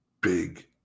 big